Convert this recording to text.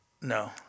No